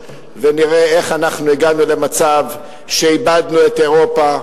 אנחנו נתפוס את הראש ונראה איך הגענו למצב שאיבדנו את אירופה,